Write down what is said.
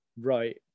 right